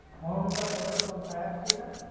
phone का model कौन सा है आपके का